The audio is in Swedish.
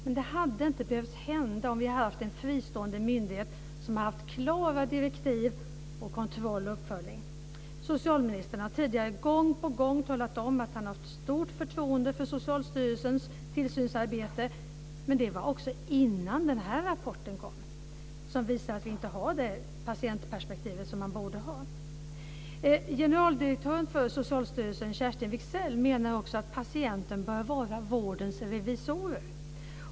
Men det hade inte behövt hända om vi hade haft en fristående myndighet, som haft klara direktiv om kontroll och uppföljning. Socialministern har tidigare gång på gång talat om att han haft stort förtroende för Socialstyrelsens tillsynsarbete, men det var innan den här rapporten kom som visar att man inte har det patientperspektiv som man borde ha. Wigzell, menar också att patienter bör vara vårdens revisorer.